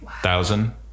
thousand